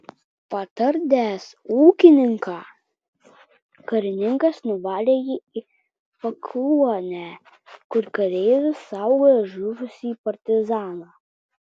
patardęs ūkininką karininkas nuvarė jį į pakluonę kur kareivis saugojo žuvusį partizaną